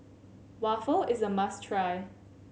waffle is a must try